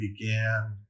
began